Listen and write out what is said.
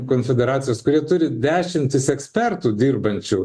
konfederacijos kurie turi dešimtis ekspertų dirbančių